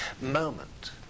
moment